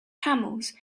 camels